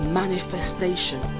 manifestation